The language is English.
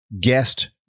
guest